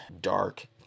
Dark